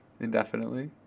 indefinitely